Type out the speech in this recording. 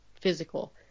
physical